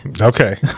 Okay